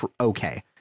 okay